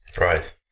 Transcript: right